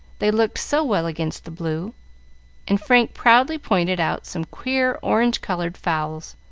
they looked so well against the blue and frank proudly pointed out some queer orange-colored fowls,